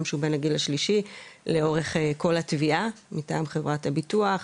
בן הגיל השלישי לאורך כל התביעה מטעם חברת הביטוח,